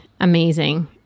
amazing